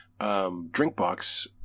Drinkbox